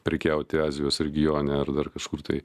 prekiauti azijos regione ar dar kažkur tai